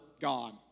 God